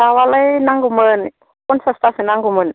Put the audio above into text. दाउआलाय नांगौमोन फनचासथासो नांगौमोन